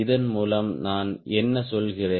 இதன் மூலம் நான் என்ன சொல்கிறேன்